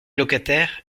locataires